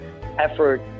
effort